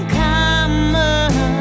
common